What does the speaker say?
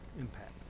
impact